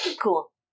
Cool